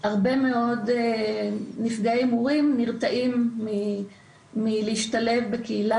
הרבה מאוד נפגעי הימורים נרתעים מהשתלבות בקהילה